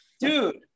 Dude